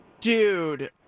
Dude